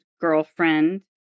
girlfriend